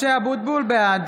משה אבוטבול, בעד